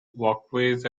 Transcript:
walkways